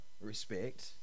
Respect